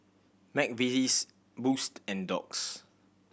McVitie's Boost and Doux